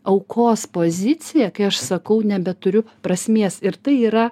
aukos poziciją kai aš sakau nebeturiu prasmės ir tai yra